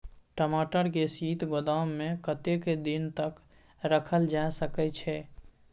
टमाटर के शीत गोदाम में कतेक दिन तक रखल जा सकय छैय?